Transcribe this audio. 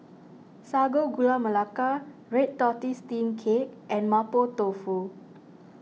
Sago Gula Melaka Red Tortoise Steamed Cake and Mapo Tofu